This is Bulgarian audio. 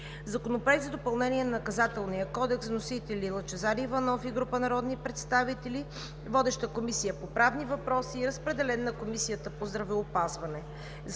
Законопроект за допълнение на Наказателния кодекс. Вносители са Лъчезар Иванов и група народни представители. Водеща е Комисията по правни въпроси. Разпределен е на Комисията по здравеопазването.